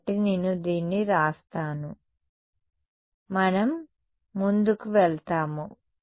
కాబట్టి నేను దీన్ని వ్రాస్తాను మనం ముందుకు వెళ్తాము